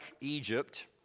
Egypt